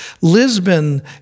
Lisbon